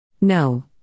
No